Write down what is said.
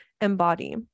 embody